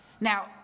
Now